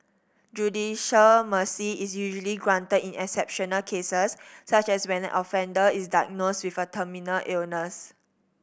judicial mercy is usually granted in exceptional cases such as when an offender is diagnosed with a terminal illness